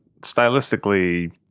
stylistically